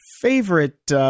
favorite